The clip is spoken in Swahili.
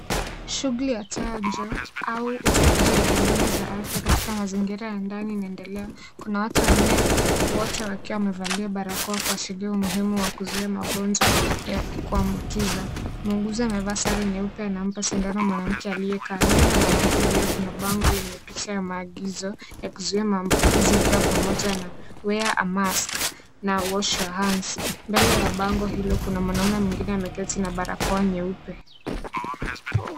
Shughuli ya chanjo au utoaji wa huduma za afya katika mazingira ya ndani inaendelea. Kuna watu wanne, wote wakiwa wamevalia barakoa kuashiria umuhimu wa kuzuia magonjwa ya kuambukiza. Mwuguzi amevaa sare nyeupe anampa sindano mwanamke aliyekaa. Nyuma ya mwanamke huyo kuna bango lenye picha ya maagizo ya kuzuia maambukizi yakiwa pamoja na wear a mask na wash your hands . Mbele ya bango hilo kuna mwanamume mwengine ameketi na barakoa nyeupe.